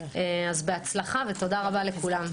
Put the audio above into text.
בהצלחה ותודה רבה לכולם.